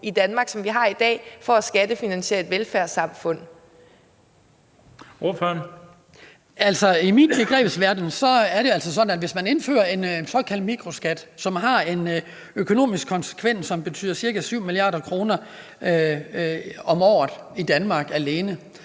Hans Kristian Skibby (DF): Altså, i min begrebsverden er det altså sådan, at hvis man indfører en såkaldt mikroskat, som har en økonomisk konsekvens, der betyder ca. 7 mia. kr. om året i Danmark alene,